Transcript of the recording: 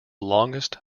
longest